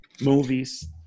movies